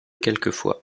quelquefois